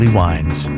wines